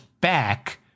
back